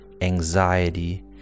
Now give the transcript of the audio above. anxiety